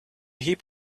heap